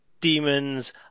Demons